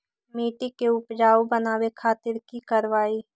मिट्टी के उपजाऊ बनावे खातिर की करवाई?